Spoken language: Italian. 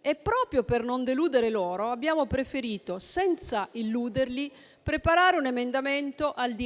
e proprio per non deludere loro abbiamo preferito, senza illuderli, preparare un emendamento al decreto